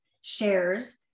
shares